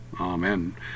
Amen